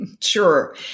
Sure